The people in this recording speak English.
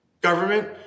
government